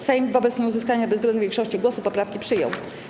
Sejm wobec nieuzyskania bezwzględnej większości głosów poprawki przyjął.